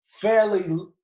fairly